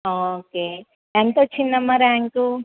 okay ఎంతొచ్చిందమ్మా rank